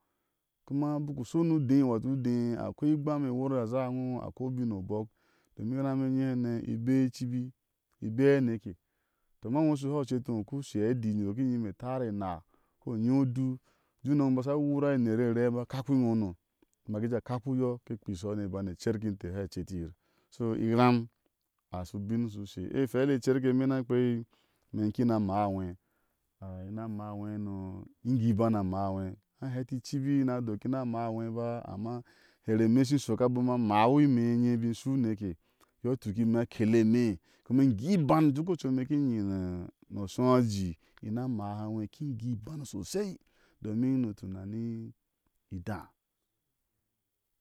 Kuma bik u shɔni odé, weto udé akoi igbam iwor a zha iŋo a koi ubin obɔk, domin iram enye hame i beyi ilibi i bea aneke tɔ ama iŋo u shu han u ceti iŋo uku shi adi, doki inyime inere etar ko enaa ko ino nyi odu u jé unom e mbɔɔ ashi sha wura ener rɛe. re a ba kakpi iŋono, ma kajé a kakpi u uyɔ keke kpeai shɔhɔ ni ke cerki inte aneke inte keshi haŋe ceti yir no so, iram ashi ubin shiu ushe ɛhuɛle, iram, icerke íme ina kpeai ime ikina maa a nwɛ, ime ni a amaa nwɛ hano, in gui iban a maa nwɛ haŋa heti icibi ina doki nia maa nwɛ ba, amma hari ime ishi shɔk abom a maai. hi ime inye iba i shu uneke yɔ tuk me akele ime, ime ingui iban duk ocui ime ishi nyi ni oshui aji ishi maha. a nwɛ sosai domin ni utuna ni idá.